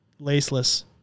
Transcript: Laceless